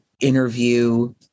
interview